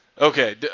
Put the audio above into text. okay